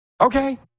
Okay